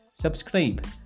subscribe